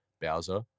Bowser